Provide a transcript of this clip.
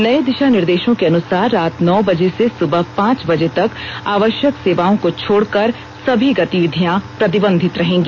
नए दिशा निर्देशों के अनुसार रात नौ बजे से सुबह पांच बजे तक आवश्यक सेवाओं को छोडकर सभी गतिविधियां प्रतिबंधित रहेंगी